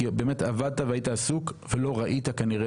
כי באמת עבדת והיית עסוק ולא ראית כנראה